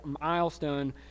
milestone